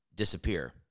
disappear